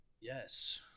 Yes